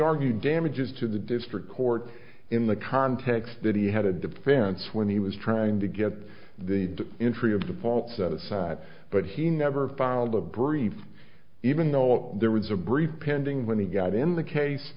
argued damages to the district court in the context that he had a defense when he was trying to get the entry of the faults set aside but he never filed a brief even though there was a brief pending when he got in the case